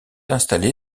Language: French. installé